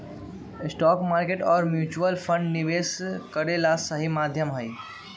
stock market और mutual fund निवेश करे ला सही माध्यम हई